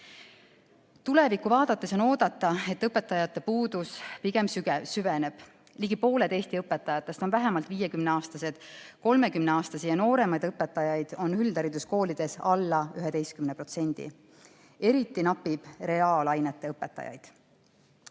Tulevikku vaadates on oodata, et õpetajate puudus pigem süveneb. Ligi pooled Eesti õpetajatest on vähemalt 50‑aastased. 30-aastaseid ja nooremaid õpetajaid on üldhariduskoolides alla 11%. Eriti napib reaalainete õpetajaid.